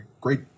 great